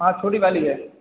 हाँ छोटी वाली है